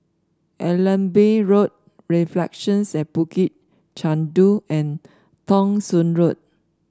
Allenby Road Reflections at Bukit Chandu and Thong Soon Road